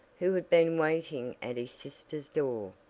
who had been waiting at his sister's door,